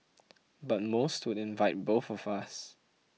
but most would invite both of us